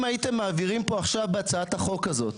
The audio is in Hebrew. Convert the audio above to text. אם הייתם מעבירים פה עכשיו בהצעת החוק הזאת,